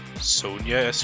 Sonia